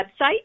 website